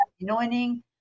anointing